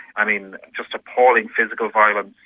i mean, just appalling physical violence,